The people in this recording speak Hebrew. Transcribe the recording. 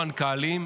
המנכ"לים,